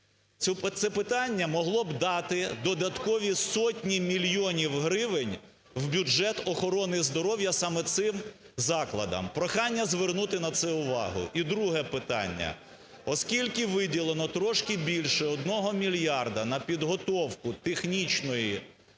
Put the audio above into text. Це питання могло би дати додаткові сотні мільйонів гривень в бюджет охорони здоров'я саме цим закладам. Прохання звернути на це увагу. І друге питання. Оскільки виділено трошки більше 1 мільярда на підготовку технічної освіти,